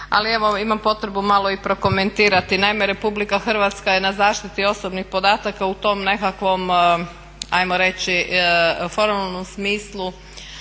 evo imam potrebu malo i prokomentirati. Naime, Republika Hrvatska je na zaštiti osobnih podataka u tom nekakvom ajmo reći formalnom smislu,